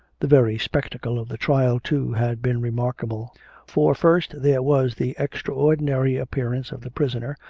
the very spectacle of the trial, too, had been remarkable for, first, there was the extraordinary appearance of the prisoner,